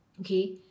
okay